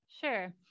Sure